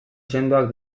sendoak